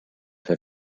fer